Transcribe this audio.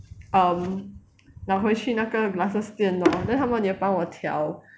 um 拿回去那个 glasses 店 hor then 他们也帮我调